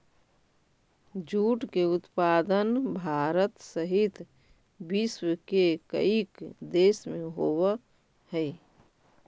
jute के उत्पादन भारत सहित विश्व के कईक देश में होवऽ हइ